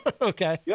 Okay